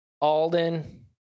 Alden